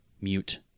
mute